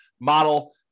model